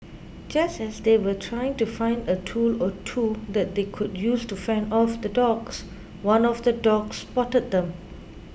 just as they were trying to find a tool or two that they could use to fend off the dogs one of the dogs spotted them